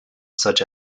such